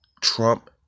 Trump